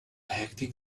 hectic